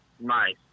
nice